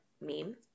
meme